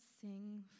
sing